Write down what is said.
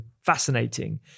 fascinating